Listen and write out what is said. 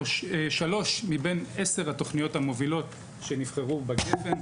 שלוש מבין עשר התוכניות המובילות שנבחרו בגפ"ן,